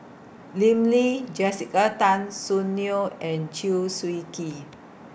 Lim Lee Jessica Tan Soon Neo and Chew Swee Kee